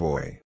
Boy